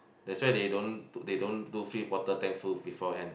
that's why they don't they don't do three quarter tank full beforehand